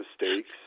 mistakes